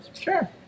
Sure